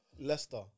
Leicester